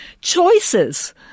choices